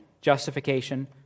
justification